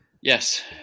Yes